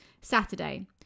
Saturday